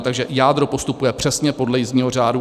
Takže jádro postupuje přesně podle jízdního řádu.